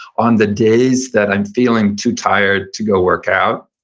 on the days that i'm feeling too tired to go work out,